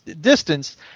distance